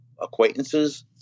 acquaintances